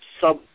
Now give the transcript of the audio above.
sub